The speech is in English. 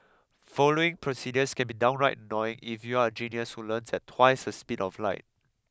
following procedures can be downright annoying if you're a genius who learns at twice the speed of light